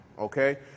Okay